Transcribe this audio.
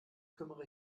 kümmere